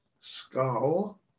skull